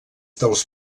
dels